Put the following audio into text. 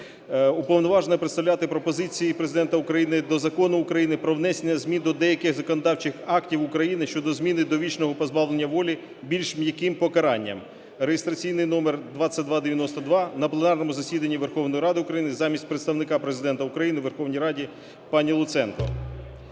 уповноважено представляти пропозиції Президента України до Закону України "Про внесення змін до деяких законодавчих актів України щодо заміни довічного позбавлення волі більш м'яким покаранням" (реєстраційний номер 2292) на пленарному засіданні Верховної Ради України замість Представника Президента України у Верховній Раді пані Луценко.